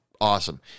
awesome